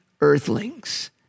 earthlings